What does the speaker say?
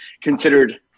considered